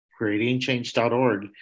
Creatingchange.org